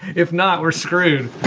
if not, we're screwed